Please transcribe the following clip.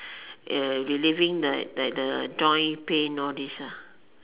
uh relieving the like the joint pain all these ah